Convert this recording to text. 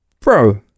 bro